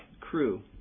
crew